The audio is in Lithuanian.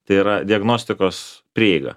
tai yra diagnostikos prieiga